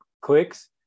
clicks